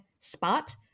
spot